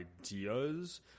ideas